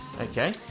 Okay